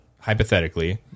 hypothetically